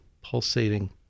pulsating